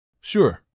Sure